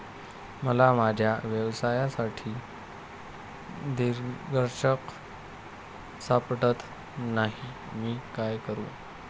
मला माझ्या व्यवसायासाठी दिग्दर्शक सापडत नाही मी काय करू?